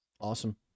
Awesome